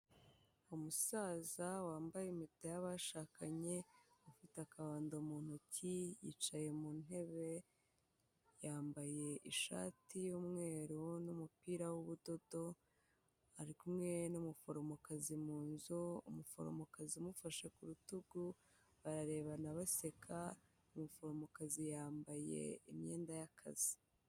Umusaza wambaye impeta y'abashakanye, afite akabando mu ntoki, yicaye mu ntebe, yambaye ishati y'umweru n'umupira w'ubudodo, ari kumwe n'umuforomokazi mu nzu, umuforomokazi umufashe ku rutugu, barebana baseka, umuforomokazi yambaye imyenda y'akazi.